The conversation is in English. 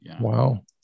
Wow